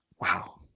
wow